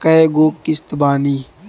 कय गो किस्त बानी?